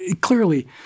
clearly